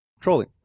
Trolling